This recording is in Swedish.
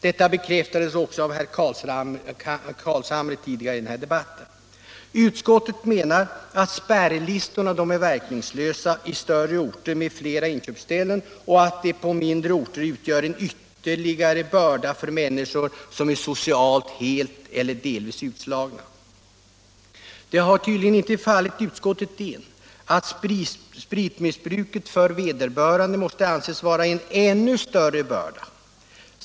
Detta bekräftades också av herr Carlshamre tidigare i debatten. Utskottet menar att spärrlistorna är verkningslösa i större orter med flera inköpsställen och att de på mindre orter utgör en ytterligare börda för människor som är socialt helt eller delvis utslagna. Det har tydligen inte fallit utskottet in att spritmissbruket för vederbörande måste anses vara en ännu större börda.